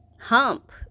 hump